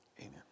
Amen